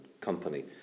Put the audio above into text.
company